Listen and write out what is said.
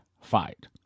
fight